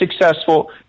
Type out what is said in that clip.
successful